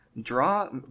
Draw